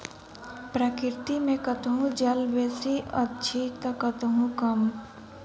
प्रकृति मे कतहु जल बेसी अछि त कतहु कम